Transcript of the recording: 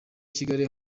kigali